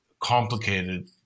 complicated